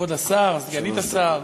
כבוד השר, סגנית השר,